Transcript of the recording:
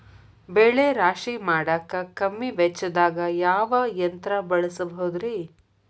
ಬೆಳೆ ರಾಶಿ ಮಾಡಾಕ ಕಮ್ಮಿ ವೆಚ್ಚದಾಗ ಯಾವ ಯಂತ್ರ ಬಳಸಬಹುದುರೇ?